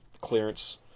clearance